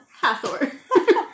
Hathor